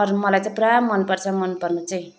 अरू मलाई चाहिँ पुरा मनपर्छ मनपर्नु चाहिँ